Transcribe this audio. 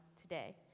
today